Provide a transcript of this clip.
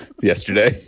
yesterday